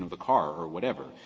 ah the car or whatever.